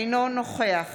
אינו נוכח